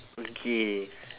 okay